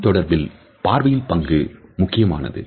கண்தொடர்பில் பாவையின் பங்கு முக்கியமானது